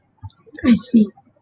I see